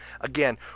again